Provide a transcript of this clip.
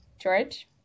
George